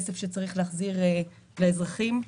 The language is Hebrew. שצריך להחזיר לאזרחים.